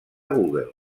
google